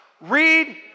Read